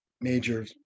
major